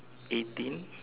eighteen